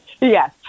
Yes